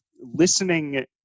Listening